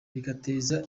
bigateza